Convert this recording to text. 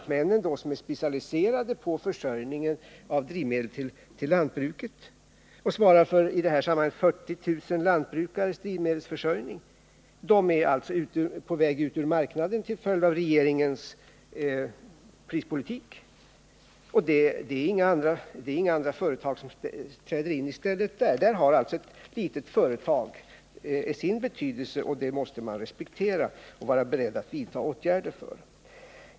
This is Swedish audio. Lantmännen, som är specialiserade på försörjning av drivmedel till lantbruket och svarar för 40 000 lantbrukares drivmedelsförsörjning, är på väg ut ur marknaden till följd av regeringens prispolitik. Och det är inga andra företag som träder in i stället. Där har alltså ett litet företag sin betydelse, och det måste man respektera och vara beredd att vidta åtgärder för.